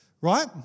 right